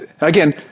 Again